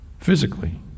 physically